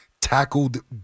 tackled